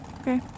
Okay